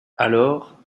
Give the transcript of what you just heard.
alors